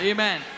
Amen